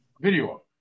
video